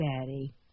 Daddy